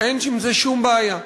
ואין עם זה שום בעיה.